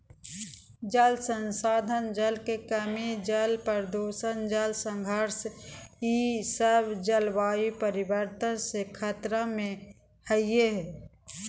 जल संसाधन, जल के कमी, जल प्रदूषण, जल संघर्ष ई सब जलवायु परिवर्तन से खतरा में हइ